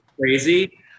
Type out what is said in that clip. crazy